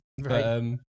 Right